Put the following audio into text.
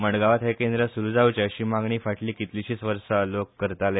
मडगांवां हें केंद्र सुरू जावचें अशी मागणी फाटली कितलीशींच वर्सां लोक करताले